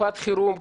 בתקופת חירום,